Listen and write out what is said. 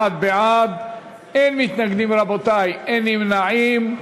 31 בעד, אין מתנגדים, רבותי, ואין נמנעים.